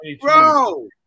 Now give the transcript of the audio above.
Bro